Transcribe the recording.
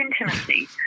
intimacy